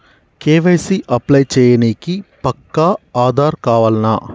KYC apply చేయనీకి పక్కా ఆధార్ కావాల్నా?